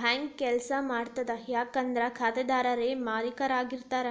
bank ಕೆಲ್ಸ ಮಾಡ್ತದ ಯಾಕಂದ್ರ ಖಾತೆದಾರರೇ ಮಾಲೇಕರಾಗಿರ್ತಾರ